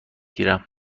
گیرم